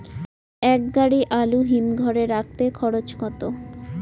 এক গাড়ি আলু হিমঘরে রাখতে খরচ কত?